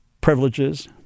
privileges